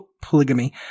polygamy